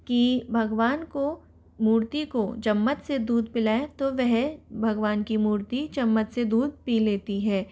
कि भगवान को मूर्ति को चम्मच से दूध पिलाएँ तो वह भगवान की मूर्ति चम्मच से दूध पी लेती है